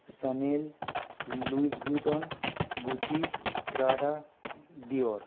Chanel Louis Vuitton Gucci Prada ডিওর